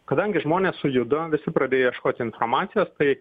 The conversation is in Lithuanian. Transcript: kadangi žmonės sujudo visi pradėjo ieškot informacijos tai